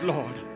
Lord